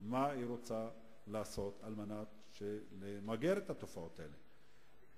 מה היא רוצה לעשות על מנת למגר את התופעות האלה.